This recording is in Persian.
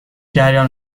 جریان